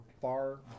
far